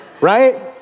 Right